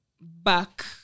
back